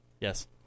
Yes